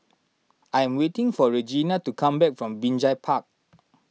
I am waiting for Regena to come back from Binjai Park